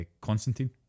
Constantine